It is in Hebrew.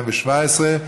בעד, 27,